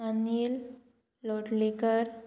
Anil Lotlekar